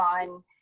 on